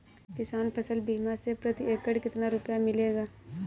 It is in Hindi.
किसान फसल बीमा से प्रति एकड़ कितना रुपया मिलेगा?